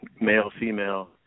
male-female